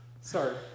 sorry